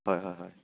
হয় হয় হয়